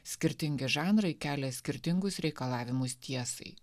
skirtingi žanrai kelia skirtingus reikalavimus tiesai